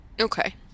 Okay